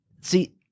See